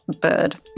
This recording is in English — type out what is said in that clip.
bird